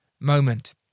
moment